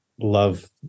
love